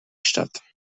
stadt